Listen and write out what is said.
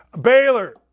Baylor